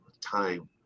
time